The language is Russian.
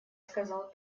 сказал